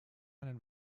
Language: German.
einen